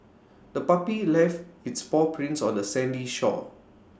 the puppy left its paw prints on the sandy shore